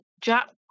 Jack